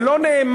זה לא נאמר,